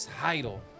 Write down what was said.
title